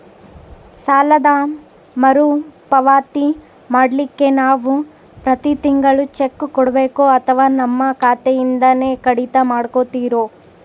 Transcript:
ಸಾಲದ ಮರುಪಾವತಿ ಮಾಡ್ಲಿಕ್ಕೆ ನಾವು ಪ್ರತಿ ತಿಂಗಳು ಚೆಕ್ಕು ಕೊಡಬೇಕೋ ಅಥವಾ ನಮ್ಮ ಖಾತೆಯಿಂದನೆ ಕಡಿತ ಮಾಡ್ಕೊತಿರೋ?